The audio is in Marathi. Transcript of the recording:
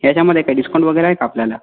ह्याच्यामधे काही डिस्काउंट वगैरे आहे का आपल्याला